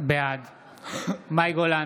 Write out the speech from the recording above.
בעד מאי גולן,